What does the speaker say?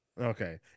Okay